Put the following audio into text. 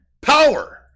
power